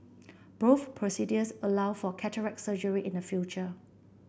both procedures allow for cataract surgery in the future